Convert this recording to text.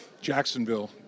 Jacksonville